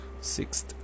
Sixth